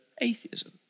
atheism